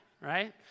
right